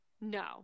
No